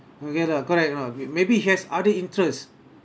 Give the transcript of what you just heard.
you get ah correct or not maybe he has other interests